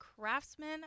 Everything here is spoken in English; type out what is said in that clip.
Craftsman